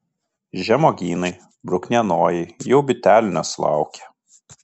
žemuogynai bruknienojai jau bitelių nesulaukia